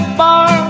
bar